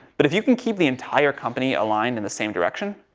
but if you can keep the entire company aligned in the same direction,